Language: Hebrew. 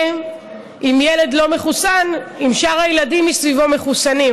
אם ילד לא מחוסן אם שאר הילדים סביבו מחוסנים.